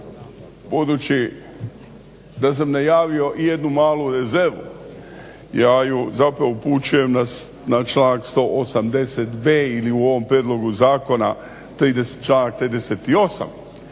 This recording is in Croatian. Budući da sam najavio i jednu malu rezervu ja ju zapravo upućujem na članak 180.b ili u ovom prijedlogu zakona članak